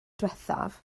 ddiwethaf